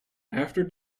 after